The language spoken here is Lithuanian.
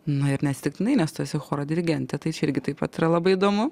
na ir neatsitiktinai nes tu esi choro dirigentė tai čia irgi taip pat yra labai įdomu